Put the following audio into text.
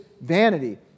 vanity